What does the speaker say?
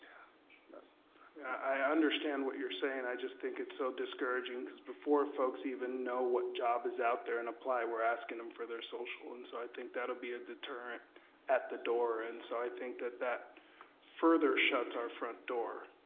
yeah i understand what you're sayin', i just think it's so discouraging cause before folks even know what job is out there and apply we're askin them for their social. and so i think that'll be a deterrent at the door and so i think that that further shuts our front door.